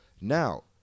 Now